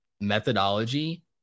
methodology